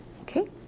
Okay